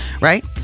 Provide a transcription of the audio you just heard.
Right